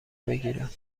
بگیرم